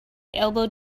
elbowed